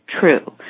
true